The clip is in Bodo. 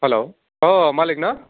हेलौ ओह मालिक ना